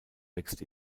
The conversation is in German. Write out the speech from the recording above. wächst